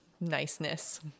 niceness